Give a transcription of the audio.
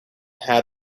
had